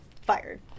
fired